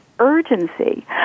urgency